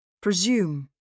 Presume